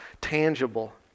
tangible